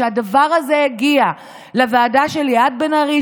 כשהדבר הזה הגיע לוועדה של בן ארי,